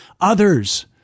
others